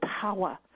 power